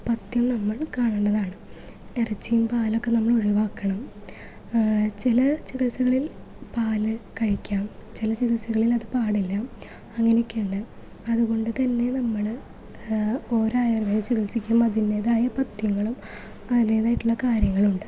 പഥ്യം നമ്മൾ കാണണ്ടതാണ് ഇറച്ചിയും പാലൊക്കെ നമ്മൾ ഒഴിവാക്കണം ചില ചെറിയ ചികിത്സകൾ പാല് കഴിക്കാം ചില ചെറിയ ചികിത്സകളിൽ അത് പാടില്ല അങ്ങനെ ഒക്കെയുണ്ട് അതുകൊണ്ട്തന്നെ നമ്മള് ഓരോ ആയുർവേദ ചികിത്സക്കും അതിൻറ്റേതായ പഥ്യങ്ങളും അതിൻറ്റേതായിട്ടുള്ള കാര്യങ്ങളുവുണ്ട്